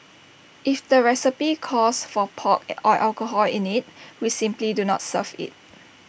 if the recipe calls for pork or alcohol in IT we simply do not serve IT